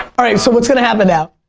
alright, so what's gonna happen now?